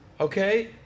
Okay